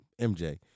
MJ